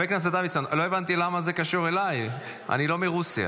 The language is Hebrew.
אני לא הבנתי למה זה קשור אליי, אני לא מרוסיה.